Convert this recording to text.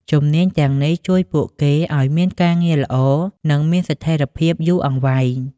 ជំនាញទាំងនេះជួយពួកគេឱ្យមានការងារល្អនិងមានស្ថិរភាពយូរអង្វែង។